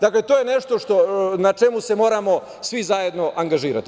Dakle, to je nešto na čemu se moramo svi zajedno angažovati.